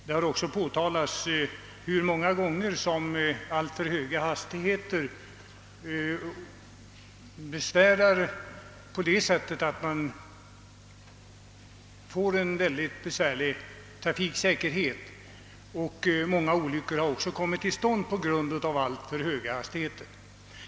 Det har också påtalats att alltför höga hastigheter många gånger ger en mycket besvärlig trafiksituation och förorsakar många olyckor.